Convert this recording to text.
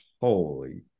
holy